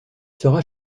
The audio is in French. sera